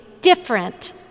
different